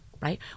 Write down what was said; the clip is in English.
right